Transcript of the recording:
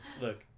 Look